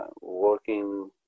working